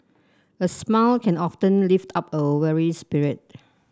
a smile can often lift up a weary spirit